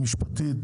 משפטית